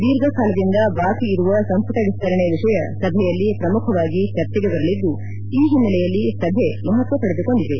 ದೀರ್ಘ ಕಾಲದಿಂದ ಬಾಕಿ ಇರುವ ಸಂಪುಟ ವಿಸ್ತರಣೆ ವಿಷಯ ಸಭೆಯಲ್ಲಿ ಪ್ರಮುಖವಾಗಿ ಚರ್ಚೆಗೆ ಬರಲಿದ್ದು ಈ ಹಿನ್ನೆಲೆಯಲ್ಲಿ ಸಭೆ ಮಹತ್ವ ಪಡೆದುಕೊಂಡಿದೆ